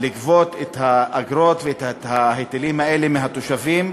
לגבות את האגרות ואת ההיטלים האלה מהתושבים.